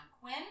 Quinn